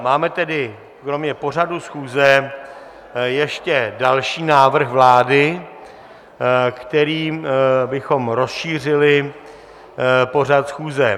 Máme tedy kromě pořadu schůze ještě další návrh vlády, kterým bychom rozšířili pořad schůze.